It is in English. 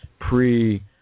pre